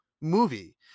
movie